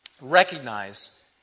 Recognize